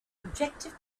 objective